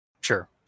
Sure